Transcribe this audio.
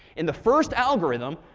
in the first algorithm,